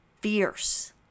fierce